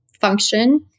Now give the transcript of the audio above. function